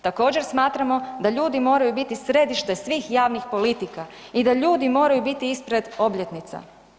Također, smatramo da ljudi moraju biti središte svih javnih politika i da ljudi moraju biti ispred obljetnica.